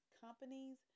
companies